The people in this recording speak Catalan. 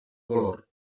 valor